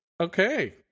okay